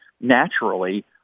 naturally